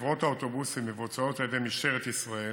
לחברות האוטובוסים מבוצעות על ידי משטרת ישראל